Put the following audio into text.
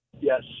Yes